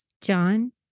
John